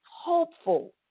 hopeful